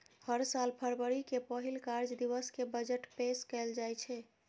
हर साल फरवरी के पहिल कार्य दिवस कें बजट पेश कैल जाइ छै